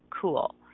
cool